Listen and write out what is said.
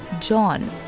John